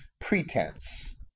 pretense